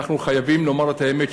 אנחנו חייבים לומר את האמת,